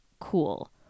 cool